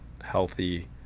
healthy